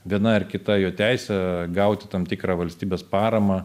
viena ar kita jo teisė gauti tam tikrą valstybės paramą